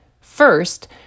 First